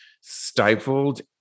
stifled